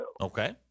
Okay